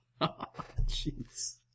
jeez